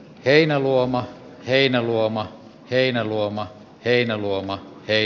heinäluoma heinäluoma heinäluoma heinäluoma ei